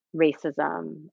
racism